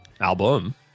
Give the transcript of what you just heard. album